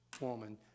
woman